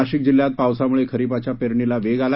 नाशिक जिल्ह्यात पावसामुळे खरीपाच्या पेरणीला वेग आला